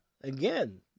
again